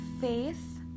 faith